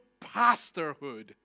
pastorhood